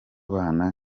bana